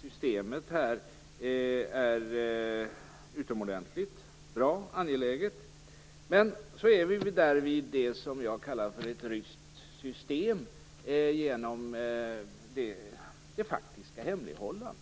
systemet är utomordentligt bra och angelägna. Men så är vi där vid det som jag kallar ett ryskt system, genom det faktiska hemlighållandet.